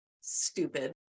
stupid